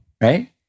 Right